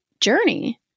journey